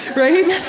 right?